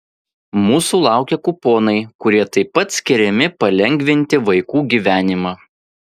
mūsų laukia kuponai kurie taip pat skiriami palengvinti vaikų gyvenimą